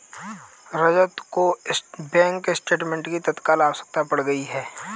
रजत को bank statement की तत्काल आवश्यकता पड़ गई है